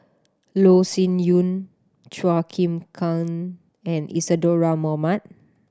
Loh Sin Yun Chua Chim Kang and Isadhora Mohamed